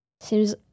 Seems